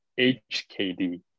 HKD